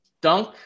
dunk